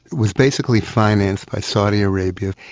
was basically financed by saudi arabia.